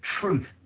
truth